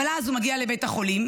אבל אז הוא מגיע לבית החולים